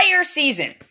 season